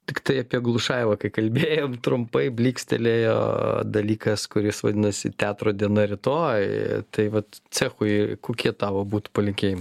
tiktai apie glušajevą kai kalbėjom trumpai blykstelėjo dalykas kuris vadinasi teatro diena rytoj tai vat cechui a kokie tavo būtų palinkėjimai